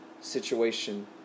situation